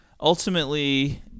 ultimately